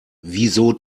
wieso